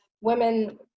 women